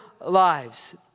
lives